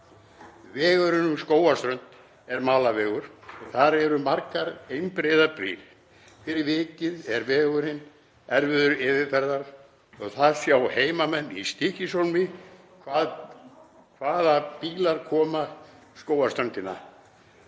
Vegurinn um Skógarströnd er malarvegur og þar eru margar einbreiðar brýr. Fyrir vikið er vegurinn erfiður yfirferðar. Heimamenn í Stykkishólmi sjá hvaða bílar koma Skógarströndina,